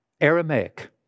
Aramaic